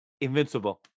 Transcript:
invincible